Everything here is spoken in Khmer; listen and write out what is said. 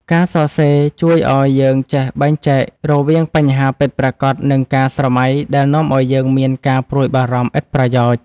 ការសរសេរជួយឱ្យយើងចេះបែងចែករវាងបញ្ហាពិតប្រាកដ និងការស្រមៃដែលនាំឱ្យយើងមានការព្រួយបារម្ភឥតប្រយោជន៍។